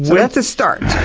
well, it's a start.